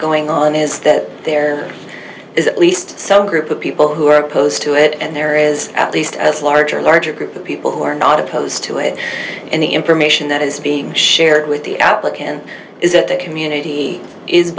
going on is that there is at least some group of people who are opposed to it and there is at least as large or larger group of people who are not opposed to it in the information that is being shared with the applicant is that the community is